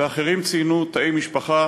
ואחרים ציינו תאי משפחה